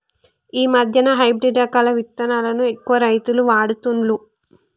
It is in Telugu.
ఈ మధ్యన హైబ్రిడ్ రకాల విత్తనాలను ఎక్కువ రైతులు వాడుతుండ్లు